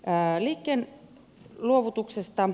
liikkeen luovutuksesta